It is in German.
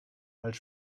als